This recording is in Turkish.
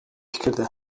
fikirde